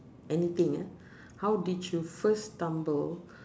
anything ah how did you first stumble